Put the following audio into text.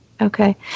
Okay